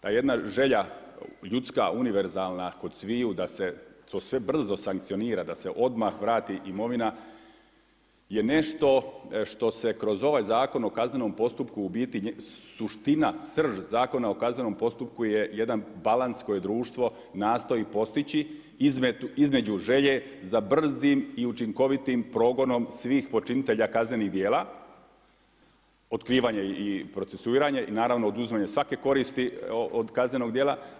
Ta jedna želja ljudska, univerzalna kod sviju da se to sve brzo sankcionira da se odmah vrati imovina je nešto što se kroz ovaj Zakon o kaznenom postupku u biti suština, srž Zakona o kaznenom postupku je jedan balans koje društvo nastoji postići između želje za brzim i učinkovitim progonom svih počinitelja kaznenih djela otkrivanje i procesuiranje i naravno oduzimanje svake koristi od kaznenog djela.